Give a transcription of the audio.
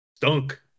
Dunk